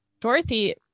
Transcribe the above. Dorothy